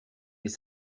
les